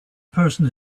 person